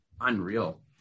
unreal